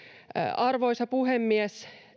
arvoisa puhemies